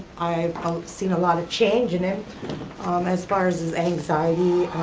i've seen a lot of change in him as far as his anxiety.